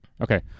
Okay